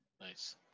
Nice